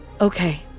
Okay